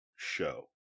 show